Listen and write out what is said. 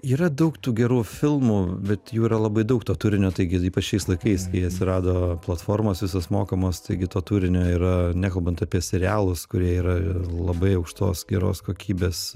yra daug tų gerų filmų bet jų yra labai daug to turinio taigi ypač šiais laikais kai atsirado platformos visos mokamos taigi to turinio yra nekalbant apie serialus kurie yra labai aukštos geros kokybės